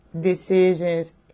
decisions